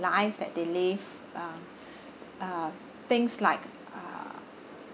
life that they live uh uh things like uh